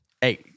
Hey